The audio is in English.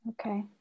Okay